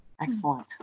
Excellent